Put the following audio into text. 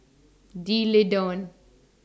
D'Leedon